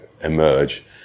emerge